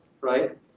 right